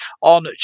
on